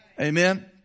Amen